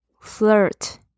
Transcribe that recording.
flirt